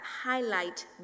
highlight